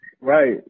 Right